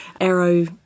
Arrow